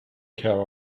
care